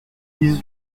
dix